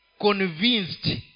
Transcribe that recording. convinced